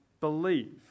believe